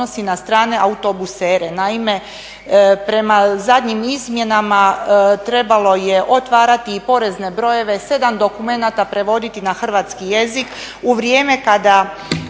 na strane autobusere. Naime, prema zadnjim izmjenama trebalo je otvarati i porezne brojeve, 7 dokumenata prevoditi na hrvatski jezik. U vrijeme kada